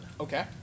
Okay